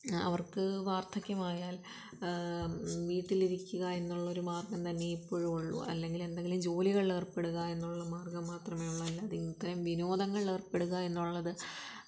അവർക്ക് വാർദ്ധക്യമായാൽ വീട്ടിലിരിക്കുക എന്നുള്ളൊരു മാർഗ്ഗം തന്നെ ഇപ്പോഴും ഉള്ളു അല്ലെങ്കിൽ എന്തെങ്കിലും ജോലികളിലേർപ്പെടുക എന്നുള്ള മാർഗ്ഗം മാത്രമേ ഉള്ളു അല്ലാതെ ഇത്തരം വിനോദങ്ങളിലേർപ്പെടുകയെന്ന് ഉള്ളത്